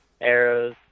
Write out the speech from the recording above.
arrows